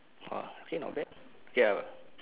!wah! think not bad ya [what]